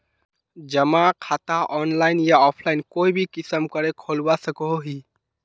जमा खाता ऑनलाइन या ऑफलाइन कोई भी किसम करे खोलवा सकोहो ही?